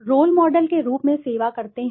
role model के रूप में सेवा करते हैं